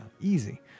Easy